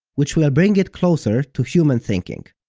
which will bring it closer to human thinking.